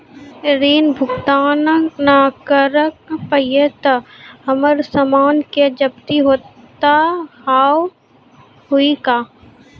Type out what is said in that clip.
ऋण भुगतान ना करऽ पहिए तह हमर समान के जब्ती होता हाव हई का?